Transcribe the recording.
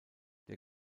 der